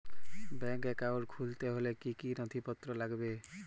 Bank account খুলতে হলে কি কি নথিপত্র লাগবে?